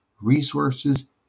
resources